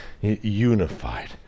unified